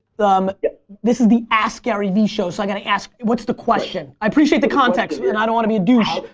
um yeah this is the askgaryvee show so i got to ask what's the question? i appreciate the context but and i don't want to be a douche,